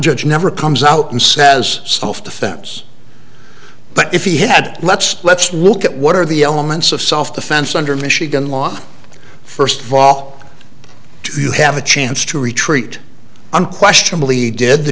judge never comes out and says self defense but if he had let's let's look at what are the elements of self defense under michigan law first of all you have a chance to retreat unquestionably did the